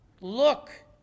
Look